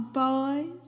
boys